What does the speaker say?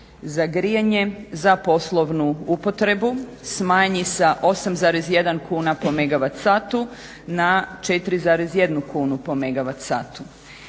za grijanje za poslovnu upotrebu smanji sa 8,1 kuna po megawat satu na 4,1 kunu po